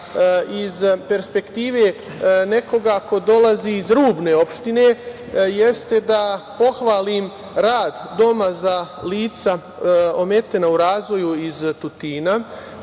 iz perspektive nekoga ko dolazi iz rubne opštine, jeste da pohvalim rad Doma za lica ometena u razvoju iz Tutina.